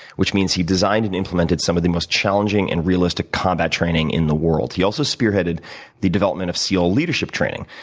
which means he designed and implemented some of the most challenging and realistic combat training in the world. he also spearheaded the development of seal leadership training,